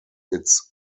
its